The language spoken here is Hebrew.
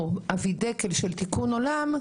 או אבידקל של תיקון עולם,